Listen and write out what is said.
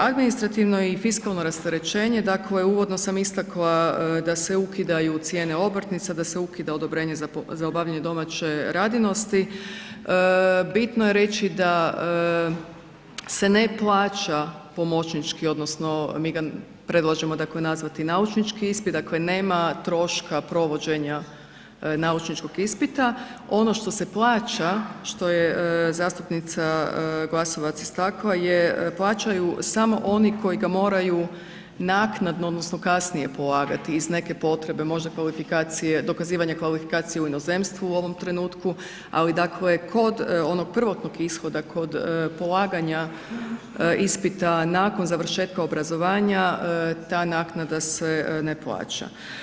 Administrativno i fiskalno rasterećenje, dakle uvodno sam istakla da se ukidaju cijene obrtnica, da se ukida odobrenje za obavljanje domaće radinosti, bitno je reći da se ne plaća pomoćnički odnosno mi ga predlažemo dakle nazvati naučnički ispit, dakle nema troška provođenja naučničkog ispita, ono što se plaća, što je zastupnica Glasovac istakla je plaćaju samo oni koji ga moraju naknadno odnosno kasnije polagati iz neke potrebe, možda kvalifikacije, dokazivanje kvalifikacije u inozemstvu u ovom trenutku ali dakle, kod onog prvotnog ishoda, kod polaganja ispita nakon završetka obrazovanja, ta naknada se ne plaća.